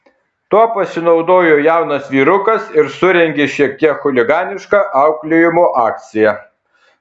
tuo pasinaudojo jaunas vyrukas ir surengė šiek tiek chuliganišką auklėjimo akciją